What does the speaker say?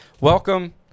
welcome